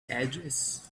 address